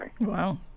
Wow